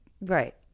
Right